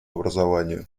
образованию